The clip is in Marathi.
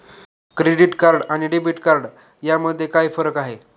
क्रेडिट कार्ड आणि डेबिट कार्ड यामध्ये काय फरक आहे?